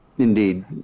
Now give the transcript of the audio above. Indeed